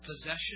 Possession